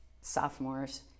sophomores